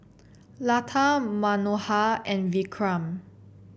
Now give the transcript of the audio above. Lata Manohar and Vikram